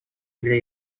для